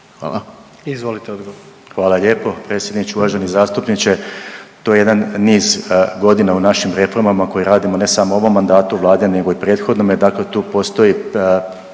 **Salapić, Josip (HDSSB)** Hvala lijepo predsjedniče. Uvaženi zastupniče, to je jedan niz godina u našim reformama koje radimo ne samo u ovom mandatu vlade nego i prethodnome. Dakle, tu postoji